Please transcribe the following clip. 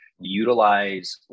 utilize